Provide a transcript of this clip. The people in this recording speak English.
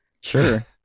Sure